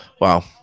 Wow